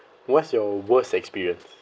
what's your worst experience